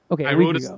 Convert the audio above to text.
Okay